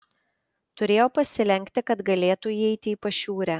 turėjo pasilenkti kad galėtų įeiti į pašiūrę